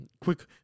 Quick